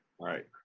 Right